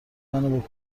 منو